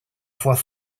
fois